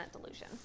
dilution